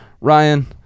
Ryan